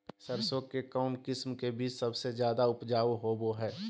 सरसों के कौन किस्म के बीच सबसे ज्यादा उपजाऊ होबो हय?